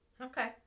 okay